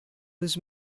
was